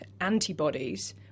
antibodies